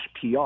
PR